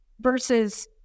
versus